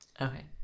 Okay